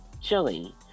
chili